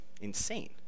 insane